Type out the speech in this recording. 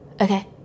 okay